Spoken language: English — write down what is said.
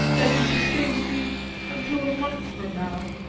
that you shall stay with me until a month from now.